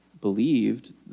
believed